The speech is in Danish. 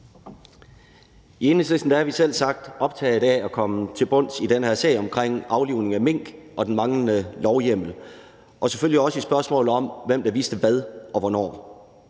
I Enhedslisten er vi selvsagt optaget af at komme til bunds i den her sag omkring aflivning af mink og den manglende lovhjemmel og selvfølgelig også i spørgsmålet om, hvem der vidste hvad, og hvornår.